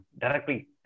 directly